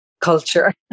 culture